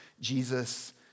Jesus